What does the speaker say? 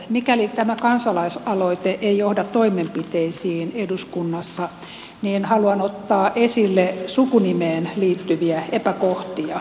mikäli tämä kansalaisaloite ei johda toimenpiteisiin eduskunnassa niin haluan ottaa esille sukunimeen liittyviä epäkohtia